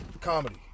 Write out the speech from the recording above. comedy